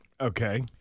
Okay